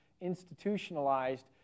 institutionalized